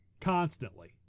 Constantly